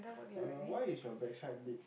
uh why is your backside big